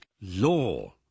law